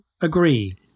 agree